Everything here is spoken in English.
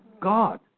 God